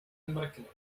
mrknout